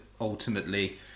ultimately